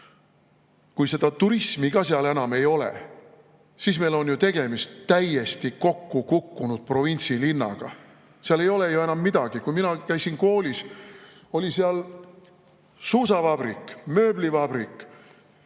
kui seal turismi ka enam ei ole, siis on tegemist täiesti kokku kukkunud provintsilinnaga. Seal ei ole enam midagi. Kui mina käisin koolis, oli seal suusavabrik, mööblivabrik,